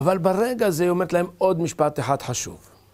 אבל ברגע זה עומדת להם עוד משפט אחד חשוב.